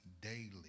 daily